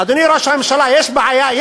אדוני ראש הממשלה, יש בעיה?